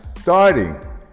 starting